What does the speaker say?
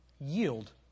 Yield